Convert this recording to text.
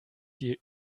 die